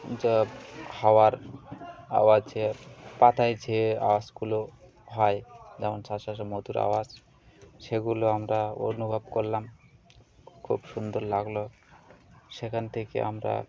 যা হাওয়ার আওয়াজে যে পাতায় যে আওয়াজগুলো হয় যেমন শশ শশ মধুর আওয়াজ সেগুলো আমরা অনুভব করলাম খুব সুন্দর লাগলো সেখান থেকে আমরা